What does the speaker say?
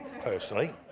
personally